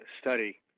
study